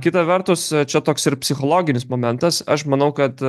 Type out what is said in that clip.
kita vertus čia toks ir psichologinis momentas aš manau kad